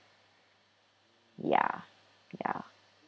ya ya